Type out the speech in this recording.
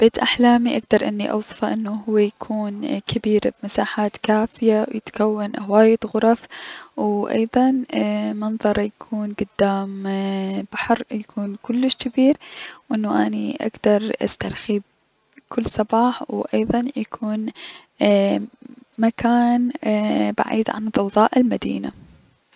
بيت احلامي اكدر اني اوصفه انو يكون كبير بمساحات كافية و يتكون هواية غرف و ايضا منظره يكون كدام بحر يكون كلش جبير و انو اني اكدر استرخي كل صباح و ايضا يكون بمكان ايي- بعيد عن ضوضاء المدينة.